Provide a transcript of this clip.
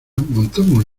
montamos